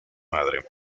madre